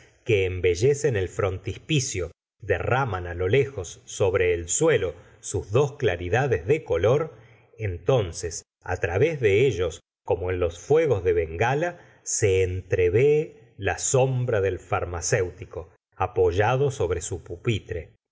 que embellecen el frontispicio derraman lo lejos sobre el suelo sus dos claridades de color entonces través de ellos como en los fuegos de bengala se entreveo la sombra del farmacetico apoyado sobre su pupitre